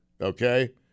okay